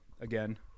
again